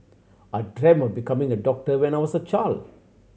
I dream of becoming a doctor when I was a child